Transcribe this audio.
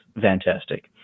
fantastic